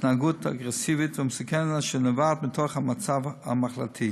ההתנהגות האגרסיבית והמסוכנת אשר נובעת מהמצב המחלתי.